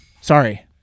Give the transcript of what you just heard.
Sorry